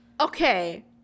Okay